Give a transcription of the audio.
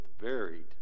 varied